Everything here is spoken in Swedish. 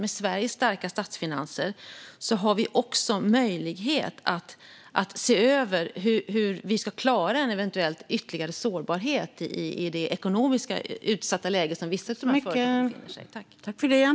Med Sveriges starka statsfinanser har vi också möjlighet att se över hur vi ska klara en eventuell ytterligare sårbarhet i det ekonomiskt utsatta läge som vissa av de företagen befinner sig i.